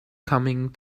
coming